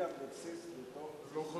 חבר